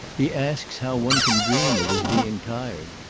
he asks how one can dream of his being tired.